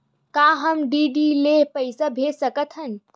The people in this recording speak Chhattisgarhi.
का हम डी.डी ले पईसा भेज सकत हन?